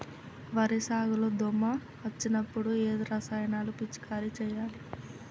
వరి సాగు లో దోమ వచ్చినప్పుడు ఏ రసాయనాలు పిచికారీ చేయాలి?